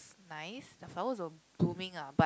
nice the flowers were blooming lah but